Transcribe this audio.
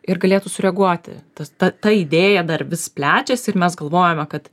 ir galėtų sureaguoti tas ta ta idėja dar vis plečiasi ir mes galvojame kad